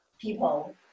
people